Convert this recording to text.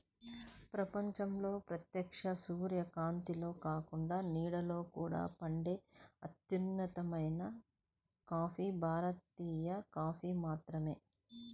ప్రపంచంలో ప్రత్యక్ష సూర్యకాంతిలో కాకుండా నీడలో కూడా పండే అత్యుత్తమ కాఫీ భారతీయ కాఫీ మాత్రమే